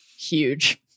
huge